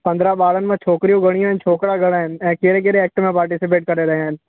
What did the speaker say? पंद्रहं ॿारनि में छोकिरियूं घणियूं आहिनि छोकिरा घणा आहिनि ऐं कहिड़े कहिड़े एक्ट में पार्टिसिपेट करे रहिया आहिनि